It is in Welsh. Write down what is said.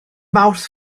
mawrth